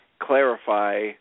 clarify